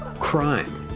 crime,